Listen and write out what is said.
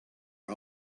are